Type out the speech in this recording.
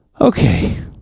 Okay